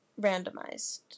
Randomized